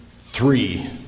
three